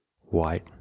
white